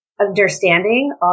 Understanding